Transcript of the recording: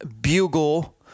bugle